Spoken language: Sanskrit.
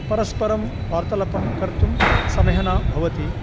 परस्परं वार्तालापं कर्तुं समयः न भवति